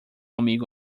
amigo